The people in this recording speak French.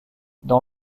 dans